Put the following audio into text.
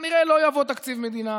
כנראה לא יעבור תקציב מדינה